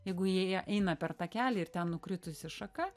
jeigu jie eina per takelį ir ten nukritusi šaka